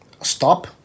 stop